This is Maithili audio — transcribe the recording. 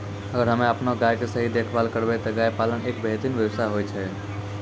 अगर हमॅ आपनो गाय के सही देखभाल करबै त गाय पालन एक बेहतरीन व्यवसाय होय छै